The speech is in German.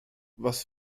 was